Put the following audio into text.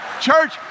church